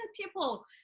people